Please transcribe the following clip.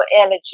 energy